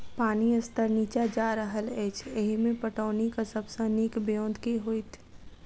पानि स्तर नीचा जा रहल अछि, एहिमे पटौनीक सब सऽ नीक ब्योंत केँ होइत?